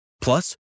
Plus